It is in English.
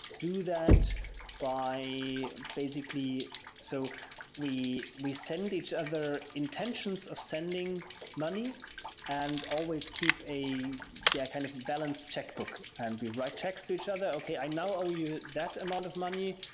do that by the basically so we we send each other intentions of sending money and always keep a yeah kind of balance checkbook and we write checks to each other, okay. i now owe you that amount of money.